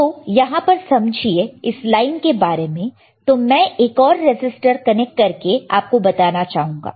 तो यहां पर समझिए इस लाइन के बारे में तो मैं एक और रेसिस्टर कनेक्ट करके आपको बताना चाहूंगा